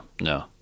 no